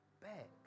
back